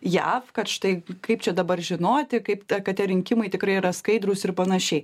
jav kad štai kaip čia dabar žinoti kaip ta kad tie rinkimai tikrai yra skaidrūs ir panašiai